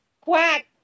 Quack